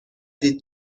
دید